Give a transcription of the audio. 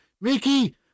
Mickey